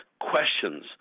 questions